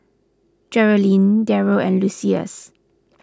Geralyn Deryl and Lucius